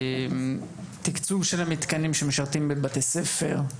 תקצוב המתקנים שמשרתים בתי ספר,